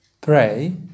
pray